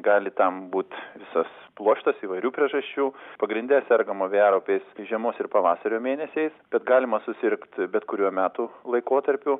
gali tam būt visas pluoštas įvairių priežasčių pagrinde sergama vėjaraupiais žiemos ir pavasario mėnesiais bet galima susirgt bet kuriuo metų laikotarpiu